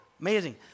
amazing